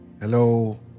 Hello